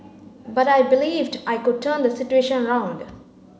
but I believed I could turn the situation around